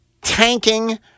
tanking